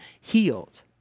healed